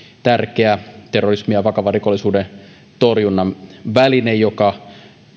tärkeä terrorismin ja vakavan rikollisuuden torjunnan väline joka